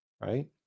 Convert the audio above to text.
right